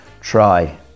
try